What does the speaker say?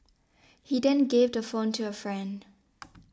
he then gave the phone to a friend